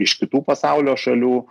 iš kitų pasaulio šalių